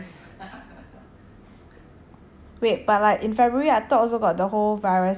wait but like in february I thought also got like the whole virus thing or is it like not serious I cannot remember that's why